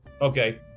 Okay